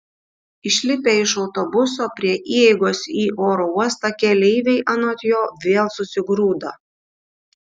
išlipę iš autobuso prie įeigos į oro uostą keleiviai anot jo vėl susigrūdo